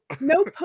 no